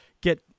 get